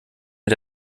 mit